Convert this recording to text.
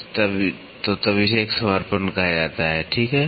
तो तब तक इसे समर्पण कहा जाता है ठीक है